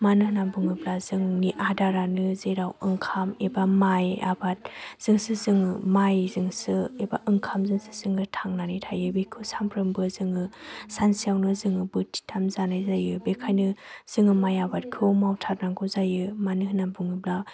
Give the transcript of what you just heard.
मानो होननानै बुङोब्ला जोंनि आदारानो जेराव ओंखाम एबा माइ आबादजोंसो जों माइजोंसो एबा ओंखामजोंसो जों थांनानै थायो बेखौ सामफ्रोमबो जों सानसेयावनो जों बोथिथाम जानाय जायो बेखायनो जों माइ आबादखौ मावथारनांगौ जायो मानो होननानै बुङोब्ला